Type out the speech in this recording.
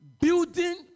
Building